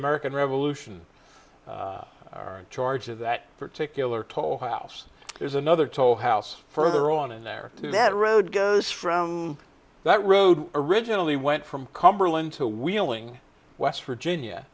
american revolution are charge of that particular toll house there's another toll house further on in there that road goes from that road originally went from cumberland to wheeling west virginia